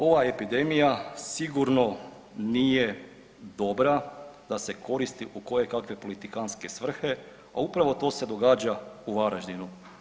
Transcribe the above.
Ova epidemija sigurno nije dobra da se koristi u kojekakve politikantske svrhe, a upravo to se događa u Varaždinu.